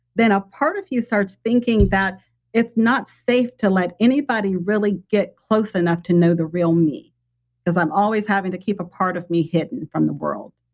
then a part of you starts thinking that it's not safe to let anybody really get close enough to know the real me because i'm always having to keep a part of me hidden from the world.